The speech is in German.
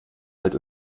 halt